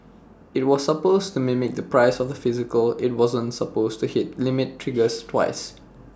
IT was supposed to mimic the price of the physical IT wasn't supposed to hit limit triggers twice